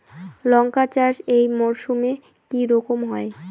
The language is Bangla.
লঙ্কা চাষ এই মরসুমে কি রকম হয়?